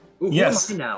Yes